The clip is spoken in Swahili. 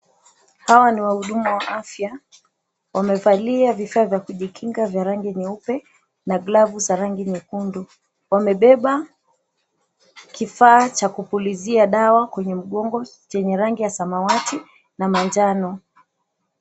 Hawa ni wahudumu wa afya. Wamevalia vifaa vya kujikinga vya rangi nyeupe na glavu za rangi nyekundu. Wamebeba kifaa cha kupulizia dawa kwenye mgongo chenye rangi ya samawati na manjano.